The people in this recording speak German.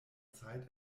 zeit